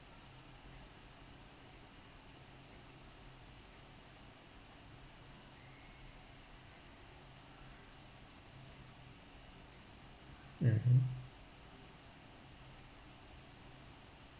mmhmm